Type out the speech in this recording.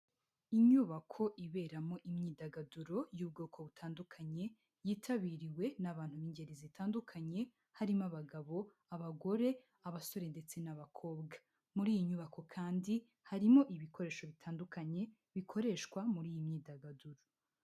Inyubako iberamo imyidagaduro y'ubwoko butandukanye, yitabiriwe n'abantu b'ingeri zitandukanye, harimo abagabo, abagore, abasore ndetse n'abakobwa, muri iyi nyubako kandi harimo ibikoresho bitandukanye bikoreshwa muri iyi myidagaduro.